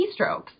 keystrokes